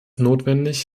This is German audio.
notwendig